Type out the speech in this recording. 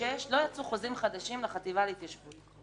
לא יצאו חוזים חדשים לחטיבה להתיישבות ביהודה